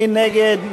מי נגד?